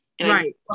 right